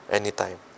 anytime